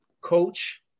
coach